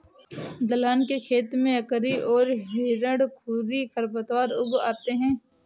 दलहन के खेत में अकरी और हिरणखूरी खरपतवार उग आते हैं